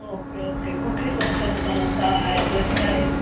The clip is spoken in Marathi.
ओके ओके कुठे तुमच्या दुकानाचा ॲड्रेस काय आहे